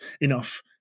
enough